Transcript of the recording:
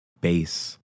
Base